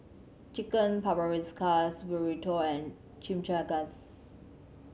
Chicken Paprikas Burrito and Chimichangas